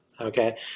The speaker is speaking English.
Okay